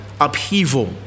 upheaval